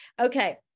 Okay